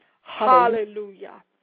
Hallelujah